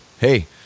hey